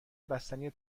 بستنی